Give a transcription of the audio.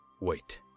Wait